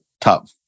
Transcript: top